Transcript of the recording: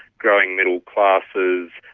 growing middle classes,